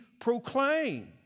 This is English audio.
proclaim